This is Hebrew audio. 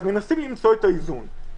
אז מנסים למצוא את האיזון.